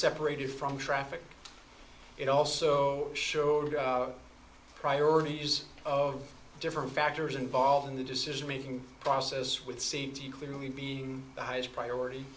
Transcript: separated from traffic it also showed priorities of different factors involved in the decision making process with c t clearly being the highest priority